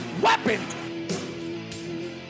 weapon